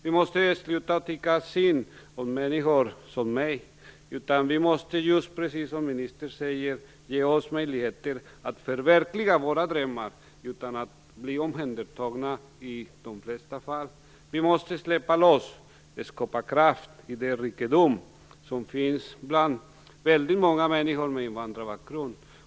Vi måste sluta tycka synd om människor som mig. Vi måste, precis som ministern säger, få möjligheter att förverkliga våra drömmar utan att bli omhändertagna i de flesta fall. Vi måste släppa loss den skaparkraft och den idérikedom som finns bland väldigt många människor med invandrarbakgrund.